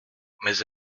mais